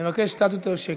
אני מבקש קצת יותר שקט.